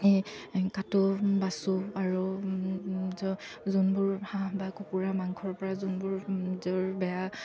কাটো বাচোঁ আৰু যোনবোৰ হাঁহ বা কুকুৰা মাংসৰপৰা যোনবোৰ নিজৰ বেয়া